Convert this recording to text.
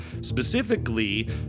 specifically